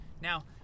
now